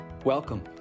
Welcome